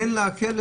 בין להקל,